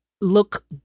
look